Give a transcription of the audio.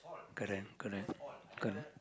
correct correct